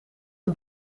een